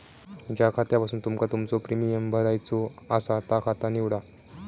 ज्या खात्यासून तुमका तुमचो प्रीमियम भरायचो आसा ता खाता निवडा